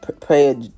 Prayer